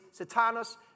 Satanus